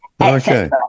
Okay